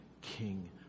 king